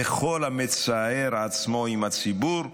וכל המצער את עצמו עם הציבור,